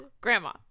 Grandma